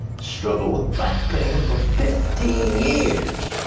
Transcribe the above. struggled with back pain for fifteen years.